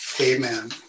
Amen